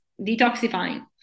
Detoxifying